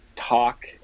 talk